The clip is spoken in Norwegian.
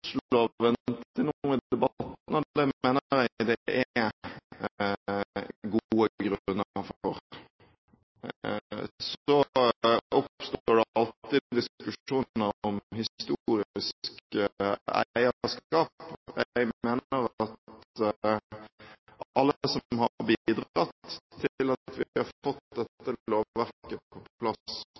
debatten, og det mener jeg det er gode grunner for. Så oppstår det alltid diskusjoner om historisk eierskap. Jeg mener at alle som har bidratt til at vi har fått dette lovverket på plass,